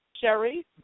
Sherry